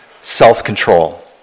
self-control